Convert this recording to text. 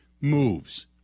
moves